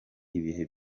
ibihe